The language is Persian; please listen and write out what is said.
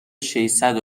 ششصد